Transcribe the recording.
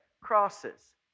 crosses